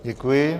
Děkuji.